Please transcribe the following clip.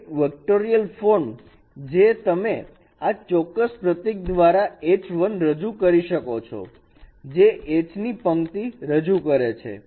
એક vectorial form જ્યાં તમે આ ચોક્કસ પ્રતીક દ્વારા h1રજુ કરી શકો છો જે H ની પંક્તિ રજૂ કરે છે